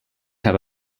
have